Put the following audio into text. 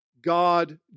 God